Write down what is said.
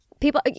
people